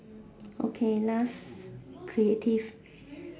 okay last creative